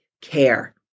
care